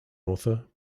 author